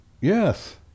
Yes